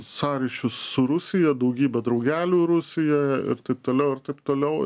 sąryšių su rusija daugybę draugelių rusijoje ir taip toliau ir taip toliau